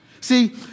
See